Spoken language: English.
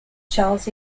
charles